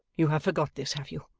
you have forgot this, have you,